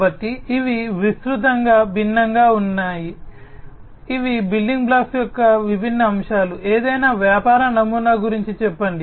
కాబట్టి ఇవి విస్తృతంగా భిన్నంగా ఉంటాయి ఇవి బిల్డింగ్ బ్లాక్స్ యొక్క విభిన్న అంశాలు ఏదైనా వ్యాపార నమూనా గురించి చెప్పండి